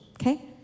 okay